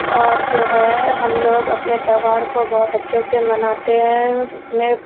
اور جو ہے ہم لوگ اپنے تہوار کو بہت اچھے سے مناتے ہیں اس میں